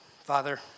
Father